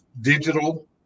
digital